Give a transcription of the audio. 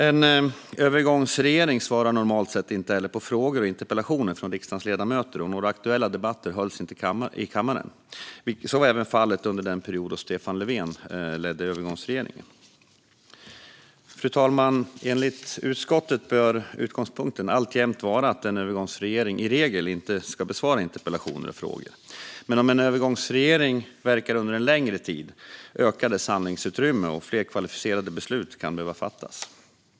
En övergångsregering svarar normalt sett inte på frågor och interpellationer från riksdagens ledamöter, och några aktuella debatter hålls inte i kammaren. Så var även fallet under den period då Stefan Löfven ledde övergångsregeringen. Fru talman! Enligt utskottet bör utgångspunkten alltjämt vara att en övergångsregering i regel inte ska besvara interpellationer och frågor. Men om en övergångsregering verkar under en längre tid ökar dess handlingsutrymme, och fler kvalificerade beslut kan behöva fattas.